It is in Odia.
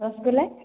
ରସଗୋଲା